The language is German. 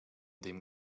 dem